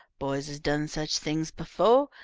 boys has done such things befo'.